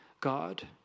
God